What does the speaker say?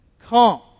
Come